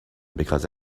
because